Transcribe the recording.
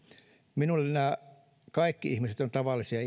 minulle kaikki ihmiset ovat tavallisia